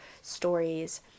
stories